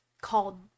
called